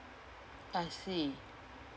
I see